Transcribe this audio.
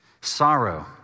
Sorrow